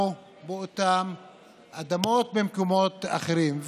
קרקע, או באותן אדמות, במקומות אחרים.